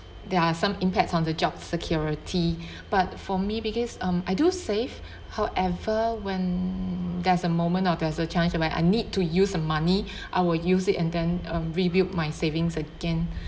there are some impacts on the job security but for me because um I do save however when there's a moment or there's a chance where I need to use the money I will use it and then um rebuild my savings again